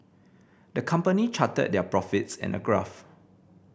the company charted their profits in a graph